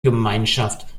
gemeinschaft